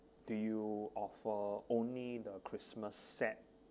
do you offer only the christmas set